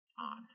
on